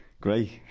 Great